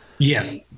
Yes